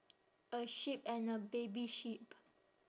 a sheep and a baby sheep